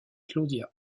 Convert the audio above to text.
claudia